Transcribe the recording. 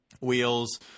wheels